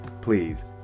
please